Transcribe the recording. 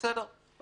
בסדר.